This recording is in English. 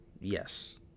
Yes